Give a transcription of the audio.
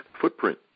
footprint